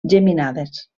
geminades